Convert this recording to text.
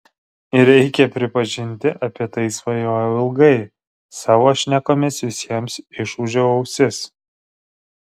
ir reikia pripažinti apie tai svajojau ilgai savo šnekomis visiems išūžiau ausis